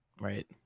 right